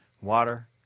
water